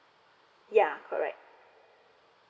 yeuh correct